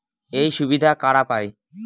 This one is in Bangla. এই সুবিধা কারা পায়?